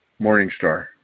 Morningstar